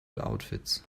outfits